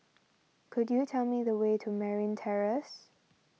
could you tell me the way to Merryn Terrace